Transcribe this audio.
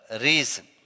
reason